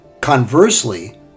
Conversely